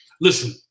listen